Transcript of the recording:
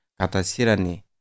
katasirani